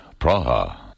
Praha